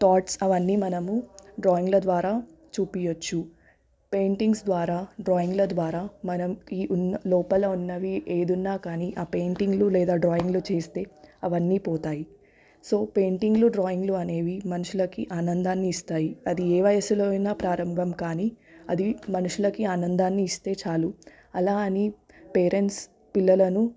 thoughts అవన్నీ మనము డ్రాయింగ్ల ద్వారా చూపించవచ్చు పెయింటింగ్స్ ద్వారా డ్రాయింగ్ల ద్వారా మనం లోపల ఉన్నవి ఏది ఉన్నా కానీ ఆ పెయింటింగ్లు లేదా డ్రాయింగ్లు చేస్తే అవన్నీ పోతాయి సో పెయింటింగ్లు డ్రాయింగ్లు అనేవి మనుషులకి ఆనందాన్ని ఇస్తాయి అది ఏ వయసులో అయినా ప్రారంభం కానీ అది మనుషులకి ఆనందాన్ని ఇస్తే చాలు అలా అని పేరెంట్స్ పిల్లలను